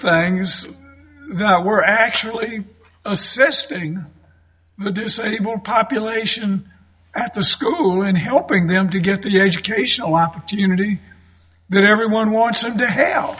things that were actually assisting the disabled population at the school and helping them to get the educational opportunity that everyone wants and to hell